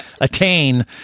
attain